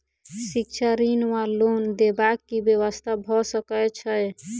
शिक्षा ऋण वा लोन देबाक की व्यवस्था भऽ सकै छै?